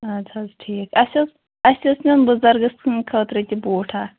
اَدٕ حظ ٹھیٖک اَسہِ حظ اَسہِ اوس نیُن بُزَرگَس سُنٛد خٲطرٕ تہِ بوٗٹھ اَکھ